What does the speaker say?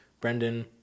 Brendan